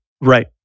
Right